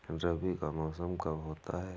रबी का मौसम कब होता हैं?